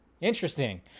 Interesting